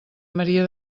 maria